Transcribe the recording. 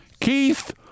Keith